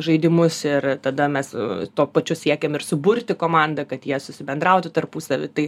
žaidimus ir tada mes tuo pačiu siekiam ir suburti komandą kad jie susibendrautų tarpusavy tai